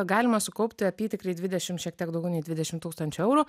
galima sukaupti apytikriai dvidešimt šiek tiek daugiau nei dvidešimt tūkstančių eurų